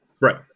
right